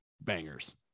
bangers